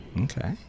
Okay